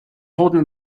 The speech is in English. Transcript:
holding